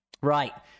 Right